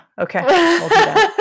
okay